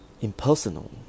impersonal